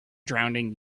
drowning